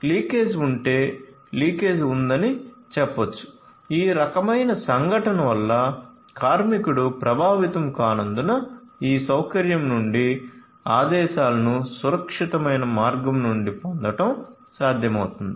leakage ఉంటే leakage ఉందని చెప్పొచ్చు ఈ రకమైన సంఘటన వల్ల కార్మికుడు ప్రభావితం కానందున ఈ సౌకర్యం నుండి ఆదేశాలను సురక్షితమైన మార్గం నుండి పొందడం సాధ్యమవుతుంది